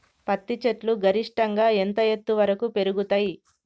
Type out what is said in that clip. పత్తి చెట్లు గరిష్టంగా ఎంత ఎత్తు వరకు పెరుగుతయ్?